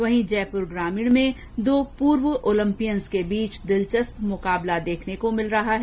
वहीं जयपुर ग्रामीण में दो पूर्व ओलम्पियन के बीच दिलचस्प मुकाबला देखने को मिल रहा है